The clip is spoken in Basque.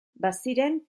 baziren